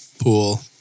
pool